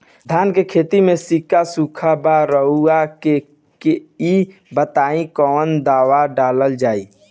धान के खेती में सिक्का सुखत बा रउआ के ई बताईं कवन दवाइ डालल जाई?